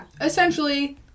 essentially